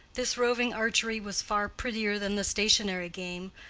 this roving archery was far prettier than the stationary game,